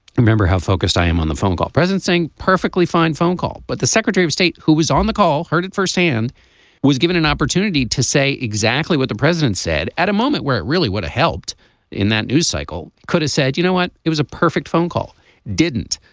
remember how focused i am on the phone call president saying perfectly fine phone call but the secretary of state who was on the call heard it firsthand was given an opportunity to say exactly what the president said at a moment where it really would've helped in that news cycle could have said you know what. it was a perfect phone call didn't.